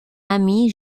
amie